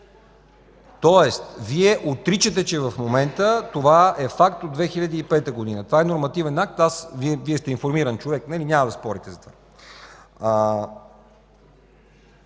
Тоест Вие отричате в момента, че това е факт от 2005 г. Това е нормативен акт, Вие сте информиран човек, няма да спорите за това.